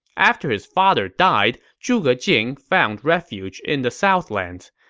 after his father died, zhuge jing found refuge in the southlands,